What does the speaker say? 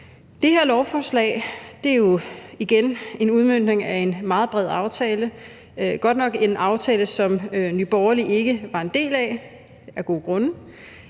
Det her lovforslag er jo igen en udmøntning af en meget bred aftale. Det er godt nok en aftale, som Nye Borgerlige ikke var en del af, af gode grunde,